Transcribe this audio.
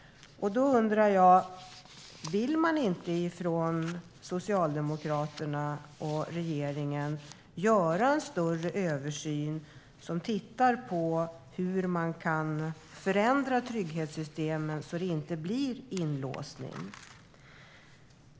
Då undrar jag: Vill man inte från Socialdemokraterna och regeringen göra en större översyn av hur man kan förändra trygghetssystemen så att det inte leder till inlåsning?